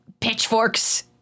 pitchforks